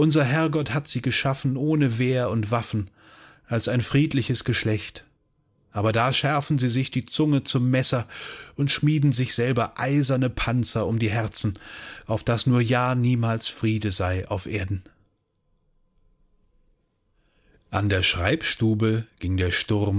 herrgott hat sie geschaffen ohne wehr und waffen als ein friedliches geschlecht aber da schärfen sie sich die zunge zum messer und schmieden sich selber eiserne panzer um die herzen auf daß nur ja niemals friede sei auf erden an der schreibstube ging der sturm